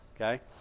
okay